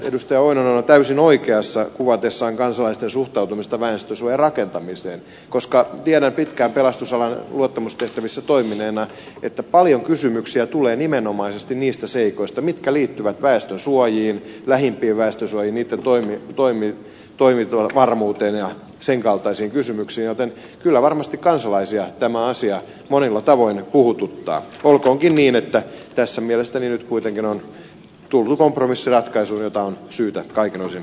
oinonen on täysin oikeassa kuvatessaan kansalaisten suhtautumista väestönsuojarakentamiseen koska tiedän pitkään pelastusalan luottamustehtävissä toimineena että paljon kysymyksiä tulee nimenomaisesti niistä seikoista mitkä liittyvät väestönsuojiin lähimpiin väestönsuojiin niitten toimintavarmuuteen ja sen kaltaisiin kysymyksiin joten kyllä varmasti kansalaisia tämä asia monilla tavoin puhututtaa olkoonkin niin että mielestäni tässä nyt kuitenkin on tultu kompromissiratkaisuun jota on syytä kaikin osin kunnioittaa